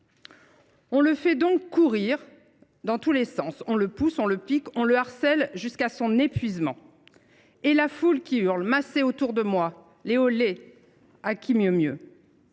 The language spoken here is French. On le fait donc courir dans tous les sens, on le pousse, on le pique, on le harcèle jusqu’à son épuisement. Et la foule qui hurle, massée autour de moi, des “olé” à qui mieux mieux…